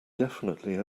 definitely